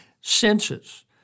senses